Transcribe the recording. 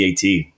Dat